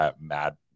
mad